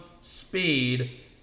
speed